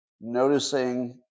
noticing